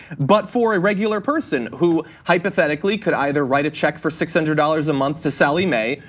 but for a regular person who hypothetically could either write a check for six hundred dollars a month to sallie mae,